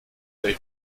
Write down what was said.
der